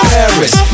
Paris